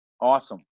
Awesome